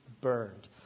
burned